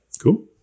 cool